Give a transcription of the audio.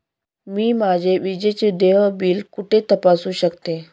मी माझे विजेचे देय बिल कुठे तपासू शकते?